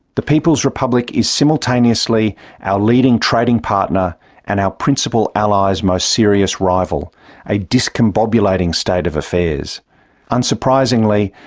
the people's republic is simultaneously our leading trading partner and our principal ally's most serious rival a discombobulating state of affairs. unsurprisingly,